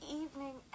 evening